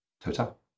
Total